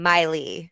Miley